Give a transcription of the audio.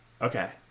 Okay